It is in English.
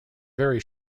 very